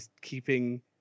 keeping